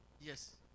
Yes